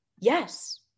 Yes